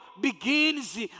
begins